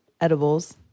edibles